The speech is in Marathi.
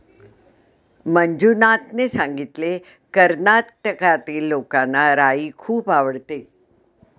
मंजुनाथने सांगितले, कर्नाटकातील लोकांना राई खूप आवडते